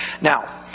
Now